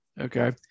Okay